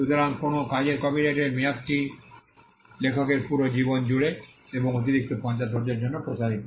সুতরাং কোনও কাজের কপিরাইটের মেয়াদটি লেখকের পুরো জীবন জুড়ে এবং অতিরিক্ত 50 বছরের জন্য প্রসারিত